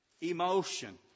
emotion